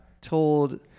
told